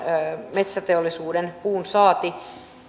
metsäteollisuuden puunsaanti